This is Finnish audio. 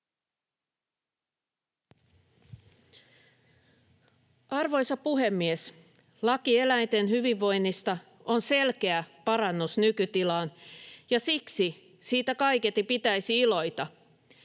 Arvoisa puhemies! Laki eläinten hyvinvoinnista on selkeä parannus nykytilaan, ja siksi siitä kaiketi pitäisi iloita.